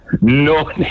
No